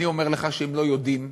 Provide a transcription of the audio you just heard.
אני אומר לך שהם לא יודעים,